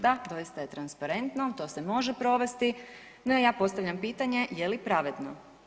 Da, doista je transparentno to se može provesti, no ja postavljam pitanje, je li pravedno?